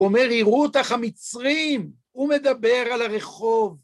אומר, יראו אותך המצרים, הוא מדבר על הרחוב.